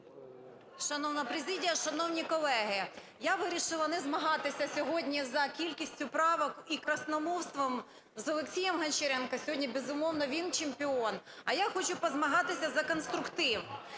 Шановна президія, шановні колеги, я вирішила не змагатися сьогодні за кількістю правок і красномовством з Олексієм Гончаренком - сьогодні, безумовно, він чемпіон, - а я хочу позмагатися за конструктив.